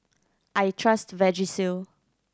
I trust Vagisil